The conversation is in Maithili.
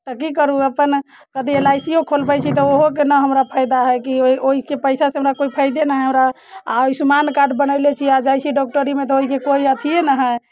तऽ की करू अपन अथी एल आइ सी ओ खोलबै छी तऽ ओहोके नहि हमरा फाइदा हय कि ओ ओहि के पैसेसँ हमरा कोइ फाइदे नहि हय हमरा आयुष्मान कार्ड बनैले छी आओर जाइ छियै डॉक्टरीमे तऽ ओइके कोइ अथिये नहि हय